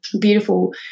beautiful